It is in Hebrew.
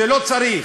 שלא צריך.